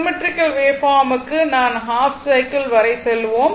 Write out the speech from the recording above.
symmetrical waveform க்கு நாம் half cycle வரை செல்வோம்